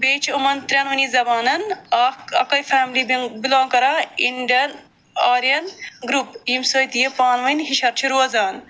بیٚیہِ چھُ یِمن ترٛٮ۪نہٕ ؤنی زبانن اکھ أکٲے فیملی بہِ بِلانٛگ کَران اِنٛڈن آرِین گرُپ ییٚمہِ سۭتۍ یِم پانہٕ ؤنۍ ہِشر چھُ روزان